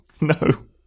no